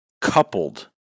coupled